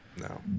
no